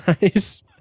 Nice